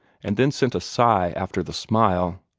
and then sent a sigh after the smile.